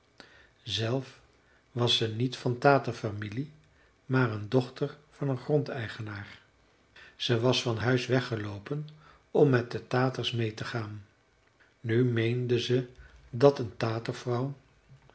zelf was ze niet van taterfamilie maar een dochter van een grondeigenaar ze was van huis weggeloopen om met de taters meê te gaan nu meende ze dat een